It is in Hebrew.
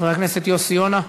חבר הכנסת יוסי יונה,